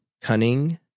cunning